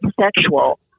sexual